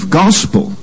gospel